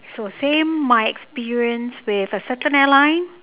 so same my experience with a certain airline